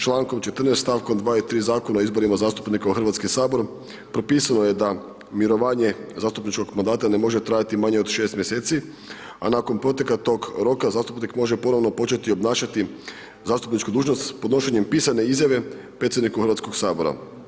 Člankom 14. stavkom 2. i 3. Zakona o izborima zastupnika u Hrvatski sabor propisano je da mirovanje zastupničkog mandata ne može trajati manje od 6 mjeseci, a nakon proteka tog roka zastupnik može ponovno početi obnašati zastupničku dužnost podnošenjem pisane izjave predsjedniku Hrvatskog sabora.